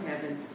heaven